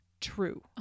true